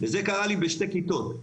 וזה קרה לי בשתי כיתות.